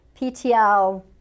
PTL